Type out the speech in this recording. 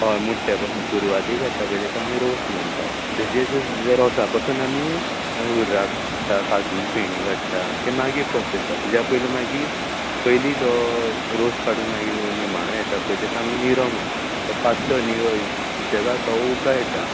हय मोठ्या पसून सुरवातेक येता पय तेका आमी रोस म्हणटा तेजे त्या रोसा पसून आमी हुर्राक काडटा काजू फेणी काडटा तें मागीर प्रोसेस आसा तेज्या पयलें मागीर पयलीं जो रोस काडून मागीर जो निमाणो येता पय तेका आमी निरो म्हणटा तो पातळ निरो सुशेगात सवका येता